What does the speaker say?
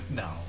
no